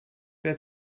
wer